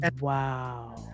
Wow